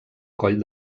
coll